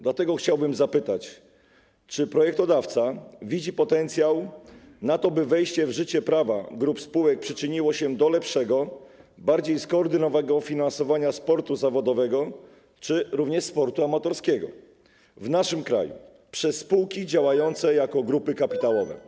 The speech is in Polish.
Dlatego chciałbym zapytać, czy projektodawca widzi potencjał, by wejście w życie prawa grup spółek przyczyniło się do lepszego, bardziej skoordynowanego finansowania sportu zawodowego czy również sportu amatorskiego w naszym kraju przez spółki działające jako grupy kapitałowe?